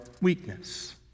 weakness